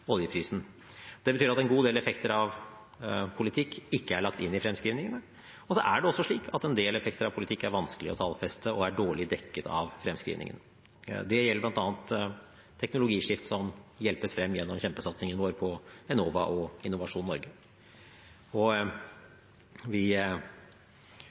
oljeprisen. Det betyr at en god del effekter av politikk ikke er lagt inn i fremskrivningene. Så er det også slik at en del effekter av politikk er vanskelig å tallfeste og er dårlig dekket av fremskrivningene. Det gjelder bl.a. teknologiskifte som hjelpes frem gjennom kjempesatsingen vår på Enova og Innovasjon Norge.